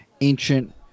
ancient